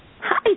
Hi